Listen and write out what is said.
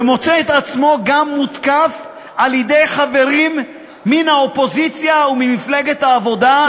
ומוצא את עצמו גם מותקף על-ידי חברים מן האופוזיציה וממפלגת העבודה,